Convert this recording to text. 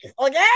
okay